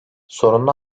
sorunlu